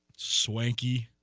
swanky